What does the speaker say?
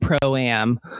pro-am